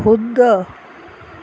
শুদ্ধ